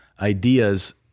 ideas